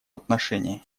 отношении